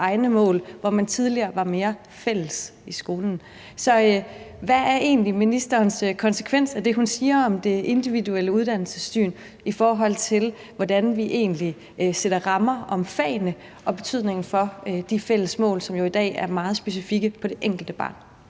hvor man tidligere var mere fælles om tingene i skolen. Så hvad er egentlig konsekvensen af det, ministeren siger om det individuelle uddannelsessyn, i forhold til hvordan vi sætter rammer om fagene, og i forhold til betydningen for de fælles mål, som jo i dag er meget specifikt målrettet det enkelte barn?